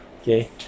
okay